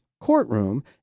courtroom